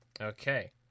Okay